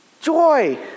joy